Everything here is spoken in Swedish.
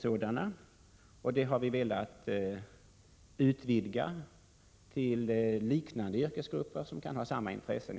traktor. Vi har velat utvidga detta slag av tillstånd till liknande yrkesgrupper, som kan ha samma intressen.